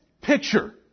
picture